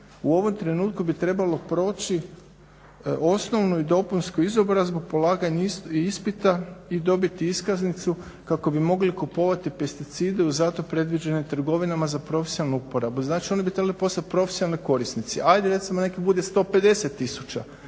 u ovom trenutku bi trebalo proći osnovnu i dopunsku izobrazbu polaganja ispita i dobiti iskaznicu kako bi mogli dobiti pesticide u zato predviđenim trgovinama za profesionalnu uporabu. Znači oni bi trebali postati profesionalni korisnici. Ajmo recimo neka bude 150